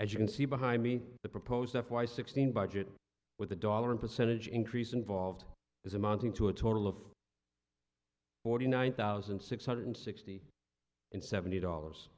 as you can see behind me the proposed f y sixteen budget with a dollar and percentage increase involved as amounting to a total of forty nine thousand six hundred sixty and seventy dollars